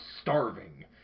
starving